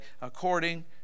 according